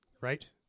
right